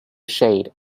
shade